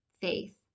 faith